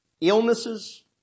Illnesses